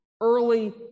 early